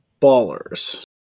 Ballers